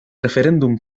referéndum